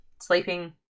sleeping